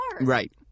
Right